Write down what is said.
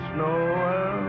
noel